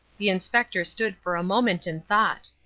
the inspector stood for a moment in thought.